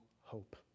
hope